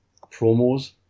promos